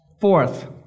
Fourth